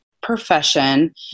profession